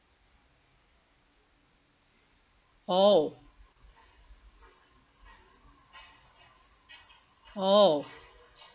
oh oh